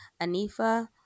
Anifa